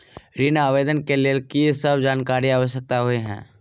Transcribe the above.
ऋण आवेदन केँ लेल की सब जानकारी आवश्यक होइ है?